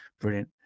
Brilliant